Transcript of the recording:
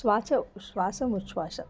श्वाच श्वासमुश्वाश